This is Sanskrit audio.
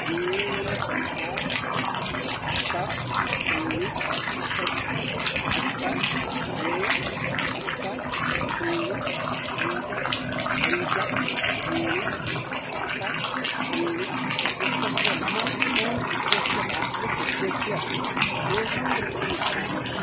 यू ए एन् सङ्ख्या अष्ट त्रीणि षट् अष्ट द्वे अष्ट त्रीणि पञ्च पञ्च त्रीणि अष्ट त्रीणि युक्तस्य मम अक्कौण्ट् इत्यस्य पासबुक् इत्यस्य शेषं द्रष्टुम् इच्छामि